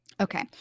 Okay